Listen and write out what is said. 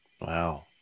Wow